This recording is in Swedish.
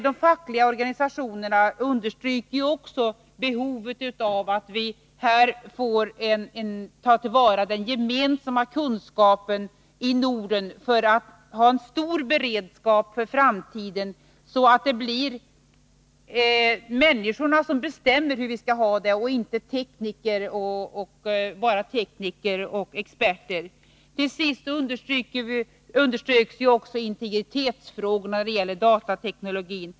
De fackliga organisationerna understryker också behovet av att vi på detta område tar till vara den gemensamma kunskapen i Norden så att vi kan ha stor beredskap för framtiden. Det måste bli så att de vanliga människorna och inte bara tekniker och experter får bestämma hur vi skall ha det. Till sist underströks också integritetsfrågorna när det gäller datateknologin.